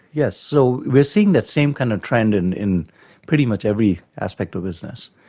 yes, so we're seeing that same kind of trend in in pretty much every aspect of business,